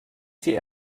die